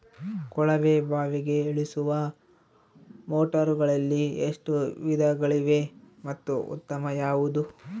ಕೊಳವೆ ಬಾವಿಗೆ ಇಳಿಸುವ ಮೋಟಾರುಗಳಲ್ಲಿ ಎಷ್ಟು ವಿಧಗಳಿವೆ ಮತ್ತು ಉತ್ತಮ ಯಾವುದು?